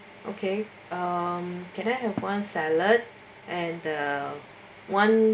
okay um can I have one salad and a one